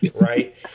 right